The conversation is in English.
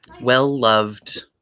well-loved